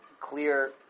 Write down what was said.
clear